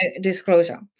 disclosure